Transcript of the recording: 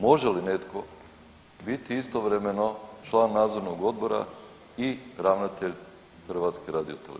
Može li netko biti istovremeno član nadzornog odbora i ravnatelj HRT-a?